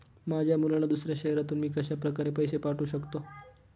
माझ्या मुलाला दुसऱ्या शहरातून मी कशाप्रकारे पैसे पाठवू शकते?